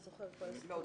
כן.